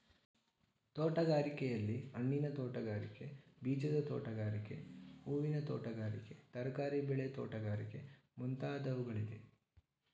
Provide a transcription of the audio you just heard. ತೋಟಗಾರಿಕೆಯಲ್ಲಿ, ಹಣ್ಣಿನ ತೋಟಗಾರಿಕೆ, ಬೀಜದ ತೋಟಗಾರಿಕೆ, ಹೂವಿನ ತೋಟಗಾರಿಕೆ, ತರಕಾರಿ ಬೆಳೆ ತೋಟಗಾರಿಕೆ ಮುಂತಾದವುಗಳಿವೆ